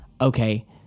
okay